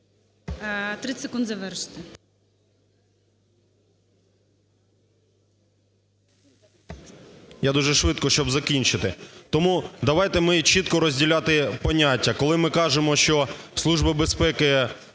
30 секунд завершити.